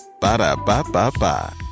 Ba-da-ba-ba-ba